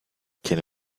can